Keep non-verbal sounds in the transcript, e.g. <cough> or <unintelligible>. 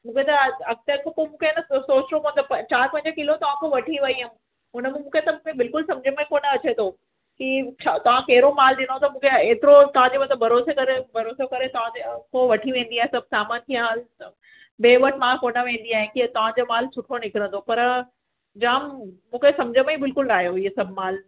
मुखे त अॻिते खां पो मुखे ह न सोचणो पवंदो चार पंज किलो तव्हां खों वठी वई हुयमि उनमें मुखे त हिन दफ़े बिल्कुल कोन सम्झ में अचे थो कि छा तव्हां कैड़ो माल ॾिनो तव मुखे एतिरो तांजे मथां भरोसो करे भरोसे करे तां ते पो वठी वेंदी आयां सभु सामान <unintelligible> ॿे वटि मां कोन वेंदी आयां कि तव्हांजो माल सुठो निकिरंदो पर जाम मुखे सम्झ में ई बिल्कुल ना आयो इहो सभु माल